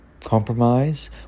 compromise